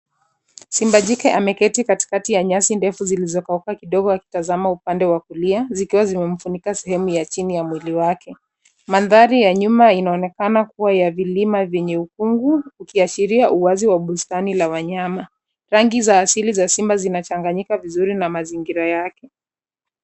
Simba jike ameketi katikati ya nyasi ndefu zilizokauka kidogo akitazama upande wa kulia, zikiwa zimemfunika sehemu ya chini ya mwili wake. Mandhari ya nyuma inaonekana kuwa ya vilima vyenye ukungu ukiashiria uwazi wa bustani la wanyama. Rangi za asili za simba zinachanganyika vizuri na mazingira yake.